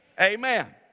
Amen